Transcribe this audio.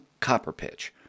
Copperpitch